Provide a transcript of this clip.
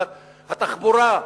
רמת התחבורה.